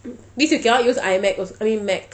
means you cannot use imac also I mean mac